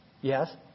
Yes